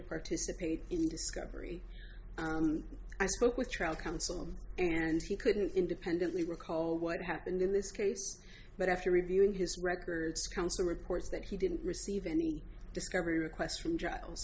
participate in discovery i spoke with trial counsel and he couldn't independently recall what happened in this case but after reviewing his records counsel reports that he didn't receive any discovery requests from trials